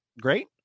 Great